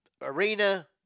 Arena